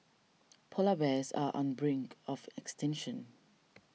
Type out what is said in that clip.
Polar Bears are on brink of extinction